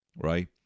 right